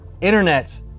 internet